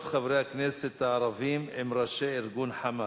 חברי כנסת ערבים עם ראשי ארגון ה"חמאס",